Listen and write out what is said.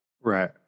Right